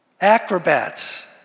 Acrobats